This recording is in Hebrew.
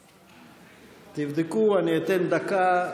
תבדקו, אני אתן דקה.